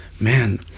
Man